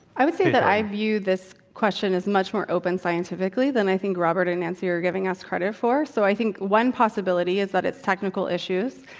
i would say that i view this question as much more open scientifically than, i think, robert and nancy are giving us credit for. so, i think one possibility is that it's technical issues,